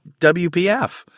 WPF